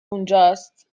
اونجاست